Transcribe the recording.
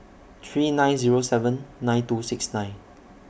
three nine Zero seven nine two six nine